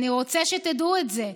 אני רוצה שתדעו את זה,